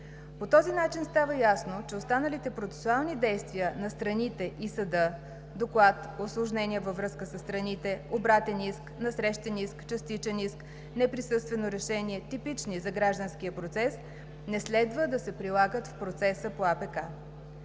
По този начин става ясно, че останалите процесуални действия на страните и съда – доклад, усложнения във връзка със страните, обратен иск, насрещен иск, частичен иск, неприсъствено решение, типични за гражданския процес, не следва да се прилагат в процеса по